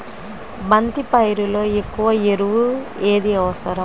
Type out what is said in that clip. బంతి పైరులో ఎక్కువ ఎరువు ఏది అవసరం?